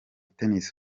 tennis